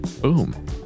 Boom